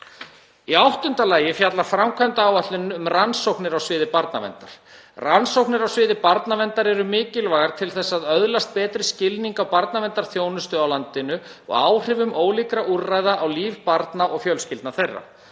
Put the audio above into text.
Í áttunda lagi fjallar framkvæmdaáætlunin um rannsóknir á sviði barnaverndar. Rannsóknir á sviði barnaverndar eru mikilvægar til þess að öðlast betri skilning á barnaverndarþjónustu á landinu og áhrifum ólíkra úrræða á líf barna og fjölskyldna þeirra.